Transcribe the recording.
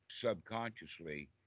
subconsciously